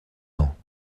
ans